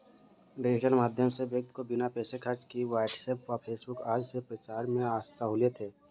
digital माध्यम से व्यक्ति को बिना पैसे खर्च किए व्हाट्सएप व फेसबुक आदि से प्रचार करने में सहूलियत है